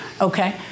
Okay